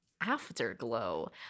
afterglow